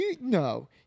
No